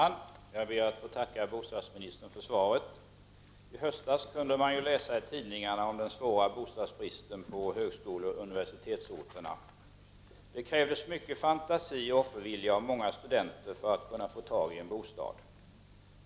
Herr talman! Jag ber att få tacka bostadsministern för svaret. I höstas kunde man läsa i tidningarna om den svåra bostadsbristen på högskoleoch universitetsorterna. Det krävdes mycket fantasi och offervilja av många studenter för att få tag i en bostad.